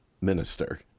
minister